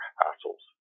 hassles